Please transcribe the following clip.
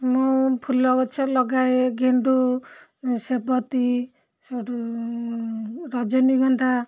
ମୁଁ ଫୁଲ ଗଛ ଲଗାଏ ଗେଣ୍ଡୁ ସେବତୀ ରଜନୀଗନ୍ଧା